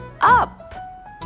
up